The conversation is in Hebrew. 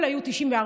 לא רק שהם מצפצפים,